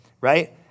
right